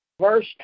Verse